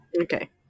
Okay